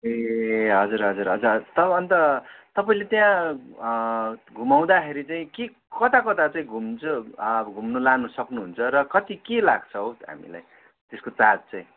ए हजुर हजुर हजुर त अन्त तपाईँले त्यहाँ घुमाउँदाखेरि चाहिँ के कता कता चाहिँ घुम्छ घुम्नु लानु सक्नुहुन्छ र कति के लाग्छ हौ हामीलाई त्यसको चार्ज चाहिँ